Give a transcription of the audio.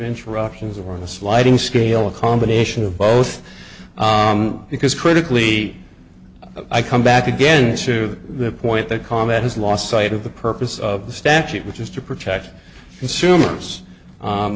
interruptions or a sliding scale a combination of both because critically i come back again to the point that combat has lost sight of the purpose of the statute which is to protect consumers